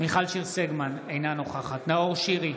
מיכל שיר סגמן, אינה נוכחת נאור שירי,